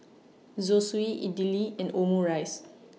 Zosui Idili and Omurice